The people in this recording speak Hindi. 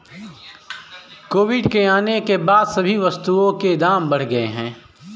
कोविड के आने के बाद सभी वस्तुओं के दाम बढ़ गए हैं